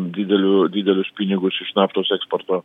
didelių didelius pinigus iš naftos eksporto